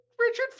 Richard